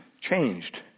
changed